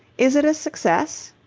is it a success?